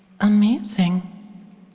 amazing